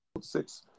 six